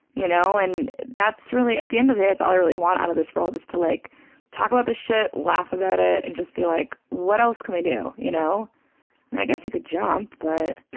you know, and that's really, at the end of the day, that's all i really want out of this world, is to like talk about this shit, laugh about it, and just be like, what else can we do, you know? yeah. and i guess you could jump, but